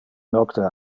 nocte